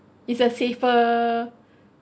it's a safer